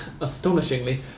astonishingly